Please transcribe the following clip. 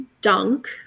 dunk